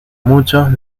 mucho